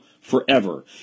forever